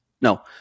no